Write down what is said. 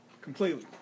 completely